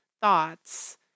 thoughts